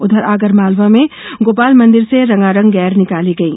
उधर आगरमालवा में गोपाल मंदिर से रंगारंग गेर निकाली गयी